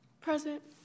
Present